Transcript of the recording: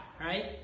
right